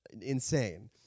insane